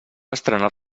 estrenar